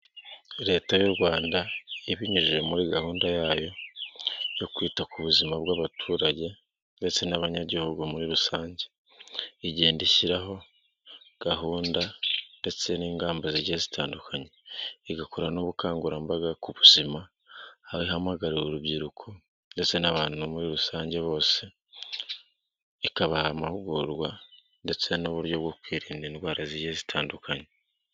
Leta y'u Rwanda ibinyujije muri gahunda yayo yo kwita ku buzima bw'abaturage, ndetse n'abanyagihugu muri rusange igenda ishyiraho gahunda ndetse n'ingamba zigiye zitandukanye igakora n'ubukangurambaga ku buzima aho ihamagarira urubyiruko ndetse n'abantu muri rusange bose ikabaha amahugurwa ndetse n'uburyo bwo kwirinda indwara zigiye zitandukanye.